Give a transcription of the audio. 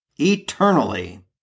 eternally